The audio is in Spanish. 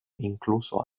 incluso